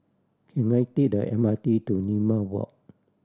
can I take the M R T to Limau Walk